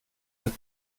wird